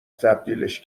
تبدیلش